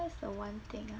that's the one thing ah